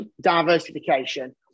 diversification